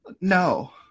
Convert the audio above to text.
no